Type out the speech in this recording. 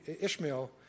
Ishmael